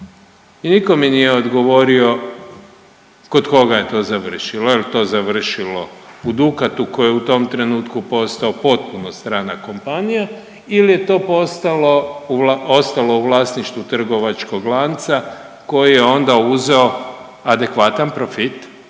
I nitko mi nije odgovorio kod koga je to završilo. Je li to završilo u Dukatu koji je u tom trenutku postao potpuno strana kompanija ili je to ostalo u vlasništvu trgovačkog lanca koji je onda uzeo adekvatan profit.